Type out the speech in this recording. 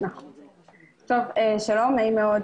שלום.